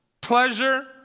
pleasure